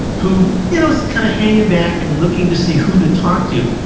who you know is kind of hanging back and looking to see who to talk to,